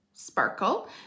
Sparkle